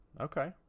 Okay